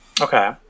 Okay